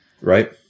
Right